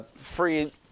free